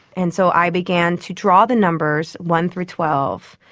and so i began to draw the numbers one through twelve,